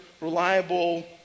reliable